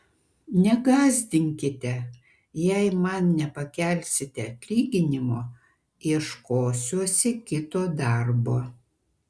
negąsdinkite jei man nepakelsite atlyginimo ieškosiuosi kito darbo